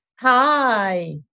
Hi